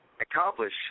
accomplish